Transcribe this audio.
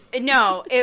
No